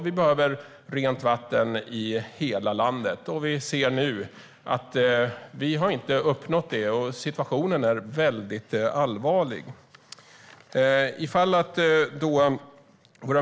Vi behöver rent vatten i hela landet, men vi har inte uppnått det. Situationen är väldigt allvarlig.